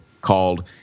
called